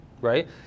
right